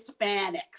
Hispanics